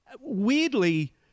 Weirdly